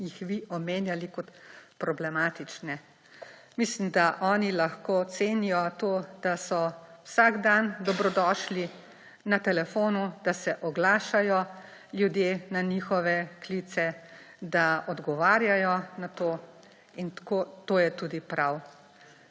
jih vi omenjali kot problematične. Mislim, da oni lahko cenijo to, da so vsak dan dobrodošli na telefonu, da se oglašajo ljudje na njihove klice, da odgovarjajo na to. In to je tudi prav.